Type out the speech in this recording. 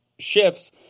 shifts